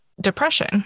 depression